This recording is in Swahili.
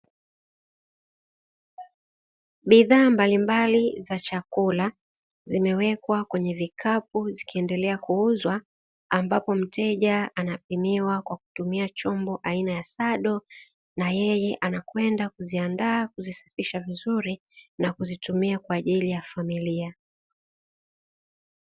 Bidhaa mbalimbali za chakula zimewekwa kwenye vikapu zikiendelea kuuzwa, ambapo mteja anapimiwa kwa kutumia chombo aina ya sado; na yeye anakwenda kuziandaa, kuzisafisha vizuri na kuzitumia kwa ajali ya familia.